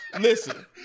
Listen